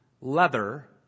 leather